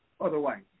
otherwise